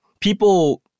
people